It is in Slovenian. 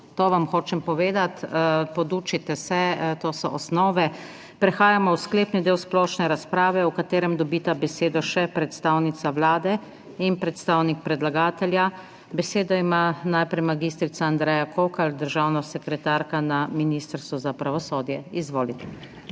to vam hočem povedati. Podučite se, to so osnove. Prehajamo v sklepni del splošne razprave, v katerem dobita besedo še predstavnica Vlade in predstavnik predlagatelja. Besedo ima najprej mag. Andreja Kokalj, državna sekretarka na Ministrstvu za pravosodje. Izvolite.